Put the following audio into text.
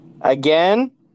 Again